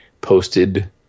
posted